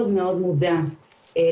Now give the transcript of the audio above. משרד החינוך מאוד מאוד מודע למצב.